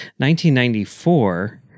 1994